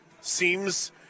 Seems